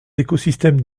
écosystèmes